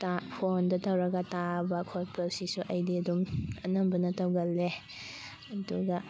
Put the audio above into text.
ꯐꯣꯟꯗ ꯇꯧꯔꯒ ꯇꯥꯕ ꯈꯣꯠꯄꯁꯤꯁꯨ ꯑꯩꯗꯤ ꯑꯗꯨꯝ ꯑꯅꯝꯕꯅ ꯇꯧꯒꯜꯂꯦ ꯑꯗꯨꯒ